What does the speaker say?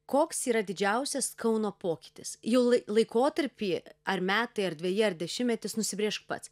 koks yra didžiausias kauno pokytis jau laikotarpį ar metai erdvėje ar dešimtmetis nusibrėžk pats